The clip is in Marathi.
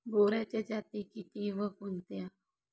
बोराच्या जाती किती व कोणत्या?